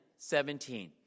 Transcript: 17